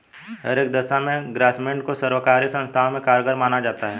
हर एक दशा में ग्रास्मेंट को सर्वकारी संस्थाओं में कारगर माना जाता है